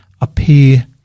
appear